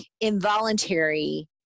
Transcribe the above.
involuntary